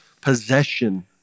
possession